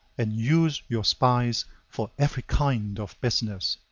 and use your spies for every kind of business.